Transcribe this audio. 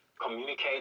communicate